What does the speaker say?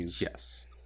Yes